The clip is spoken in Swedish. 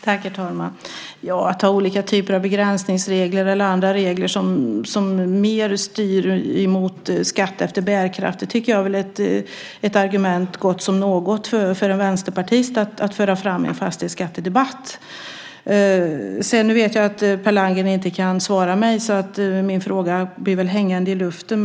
Herr talman! Att ha olika typer av begränsningsregler eller andra regler som mer styr mot skatt efter bärkraft, tycker jag är ett argument så gott som något för en vänsterpartist att föra fram i en fastighetsskattedebatt. Jag vet att Per Landgren nu inte kan svara på min fråga, så den blir väl hängande i luften.